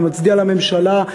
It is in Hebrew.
אני מצדיע לממשלה,